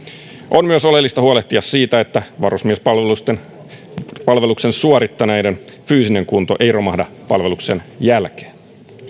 on myös oleellista huolehtia siitä että varusmiespalveluksen suorittaneiden fyysinen kunto ei romahda palveluksen jälkeen